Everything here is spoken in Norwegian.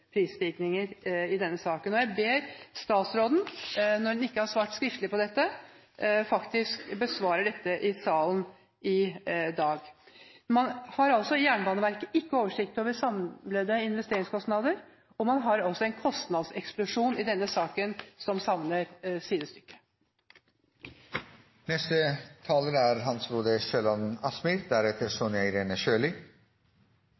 prisstigninger i denne saken. Når statsråden ikke har svart skriftlig på dette, ber jeg henne faktisk om å besvare dette i salen i dag. Man har i Jernbaneverket altså ikke oversikt over samlede investeringskostnader. Man har også en kostnadseksplosjon i denne saken som savner